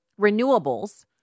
renewables